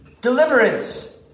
deliverance